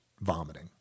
vomiting